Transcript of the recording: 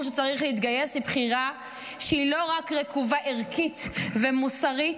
שצריך להתגייס היא בחירה שהיא לא רק רקובה ערכית ומוסרית,